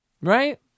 Right